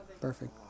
Perfect